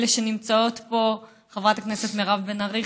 אלה שנמצאות פה: חברת הכנסת מירב בן ארי,